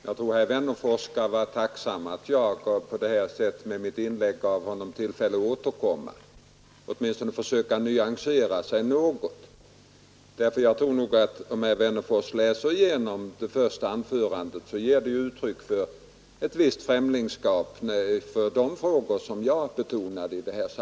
Herr talman! Herr Wennerfors bör vara tacksam för att jag med mitt inlägg gav honom tilllfälle att återkomma och därmed en möjlighet för 55 honom att åtminstone något försöka nyansera sig. Om herr Wennerfors läser igenom sitt första anförande skall han finna att det gav uttryck för ett visst främlingskap inför de frågor jag berörde.